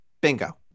bingo